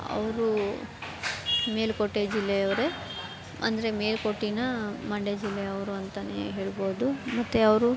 ಅವರು ಮೇಲುಕೋಟೆ ಜಿಲ್ಲೆಯವರೇ ಅಂದರೆ ಮೇಲುಕೋಟಿನ ಮಂಡ್ಯ ಜಿಲ್ಲೆಯವ್ರು ಅಂತಲೇ ಹೇಳ್ಬೋದು ಮತ್ತು ಅವರು